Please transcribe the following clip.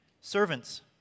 Servants